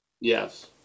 Yes